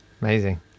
Amazing